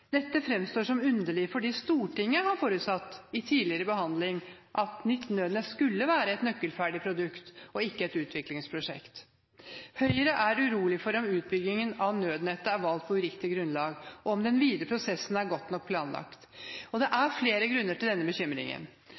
Dette fremstår som underlig, fordi Stortinget har forutsatt i tidligere behandling at nytt nødnett skulle være et nøkkelferdig produkt og ikke et utviklingsprosjekt. Høyre er urolig for om utbyggingen av nødnettet er valgt på uriktig grunnlag og om den videre prosessen er godt nok planlagt. Det er flere grunner til denne bekymringen.